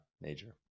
major